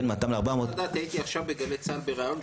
בין 200 ל-400 --- הייתי עכשיו בגלי צה"ל בראיון,